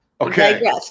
Okay